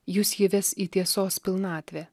jus ji ves į tiesos pilnatvę